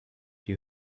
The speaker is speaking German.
die